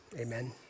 amen